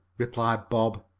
replied bob,